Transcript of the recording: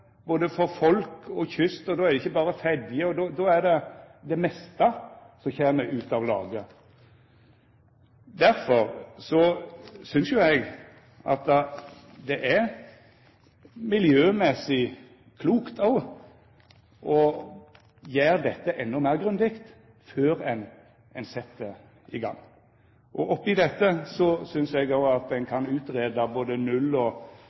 både for folk og for kyst. Då er det ikkje berre Fedje, men det meste som kjem ut av lage. Derfor synest jo eg at det òg er miljømessig klokt å gjera dette endå meir grundig før ein set i gang. Oppe i dette synest eg òg at ein kan greia ut både null- og